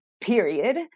period